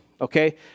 Okay